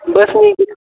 बसने की